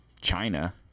China